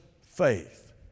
faith